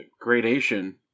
gradation